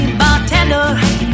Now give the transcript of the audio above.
bartender